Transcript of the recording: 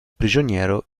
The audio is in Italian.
prigioniero